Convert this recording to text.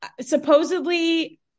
Supposedly